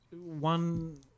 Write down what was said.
one